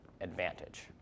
advantage